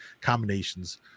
combinations